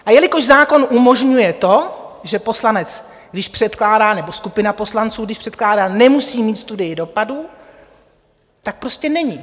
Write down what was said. A jelikož zákon umožňuje to, že poslanec, když předkládá, nebo skupina poslanců, když předkládá, nemusí mít studii dopadu, tak prostě není.